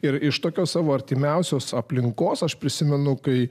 ir iš tokios savo artimiausios aplinkos aš prisimenu kai